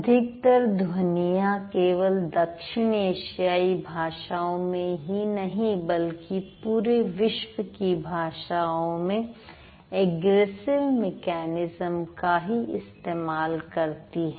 अधिकतर ध्वनियां केवल दक्षिण एशियाई भाषाओं में ही नहीं बल्कि पूरे विश्व की भाषाओं में अग्रेसिव मेकैनिज्म का ही इस्तेमाल करती हैं